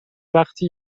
وقتی